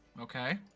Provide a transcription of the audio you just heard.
okay